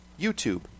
YouTube